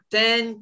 ten